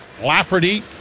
Lafferty